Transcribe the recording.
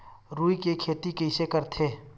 रुई के खेती कइसे करथे?